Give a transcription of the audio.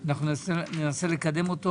ננסה לקדמו.